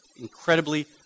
incredibly